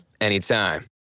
anytime